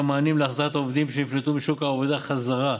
מענים להחזרת העובדים שנפלטו משוק העבודה חזרה,